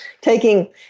Taking